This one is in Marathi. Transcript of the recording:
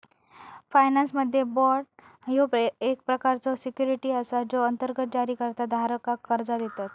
फायनान्समध्ये, बाँड ह्यो एक प्रकारचो सिक्युरिटी असा जो अंतर्गत जारीकर्ता धारकाक कर्जा देतत